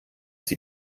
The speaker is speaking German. sie